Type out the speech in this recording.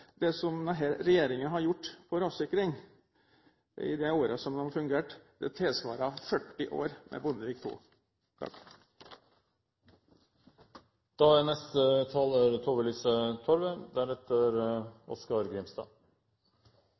det som denne regjeringen har gjort for rassikring i de årene den har fungert: Det tilsvarer 40 år med Bondevik II. Møre og Romsdal fylke er